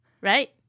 right